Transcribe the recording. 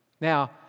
Now